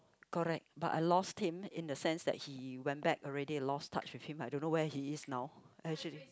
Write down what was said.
correct but I lost ten in the sense that he went back already a lost touch with him I don't know where he is now as in